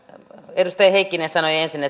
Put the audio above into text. edustaja heikkinen sanoi ensin